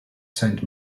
saint